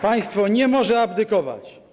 Państwo nie może abdykować.